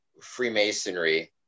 Freemasonry